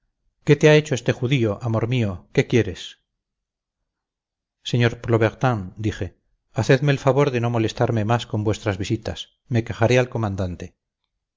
qué te ha hecho este judío amor mío qué quieres sr plobertin dije hacedme el favor de no molestarme más con vuestras visitas me quejaré al comandante